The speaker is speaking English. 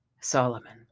Solomon